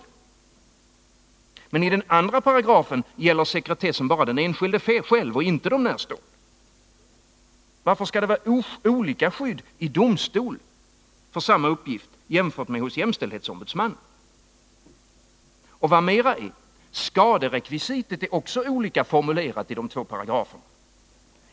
I den andra av dessa paragrafer gäller sekretessen bara den enskilde själv och inte närstående. Varför skall det vara olika skydd i domstol för samma uppgift jämfört med hos jämställdhetsombudsmannen? Och vad mera är: skaderekvisitet är också olika utformat i de två paragraferna.